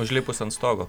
užlipus ant stogo